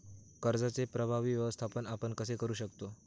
कर्जाचे प्रभावी व्यवस्थापन आपण कसे करु शकतो?